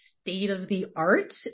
state-of-the-art